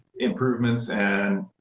improvements, and,